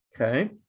Okay